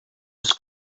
was